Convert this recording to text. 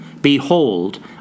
behold